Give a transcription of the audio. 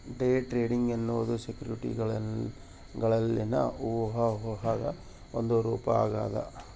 day trading ಎನ್ನುವುದು ಸೆಕ್ಯುರಿಟಿಗಳಲ್ಲಿನ ಊಹಾಪೋಹದ ಒಂದು ರೂಪ ಆಗ್ಯದ